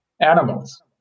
animals